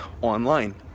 online